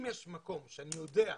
אם יש מקום שאני יודע,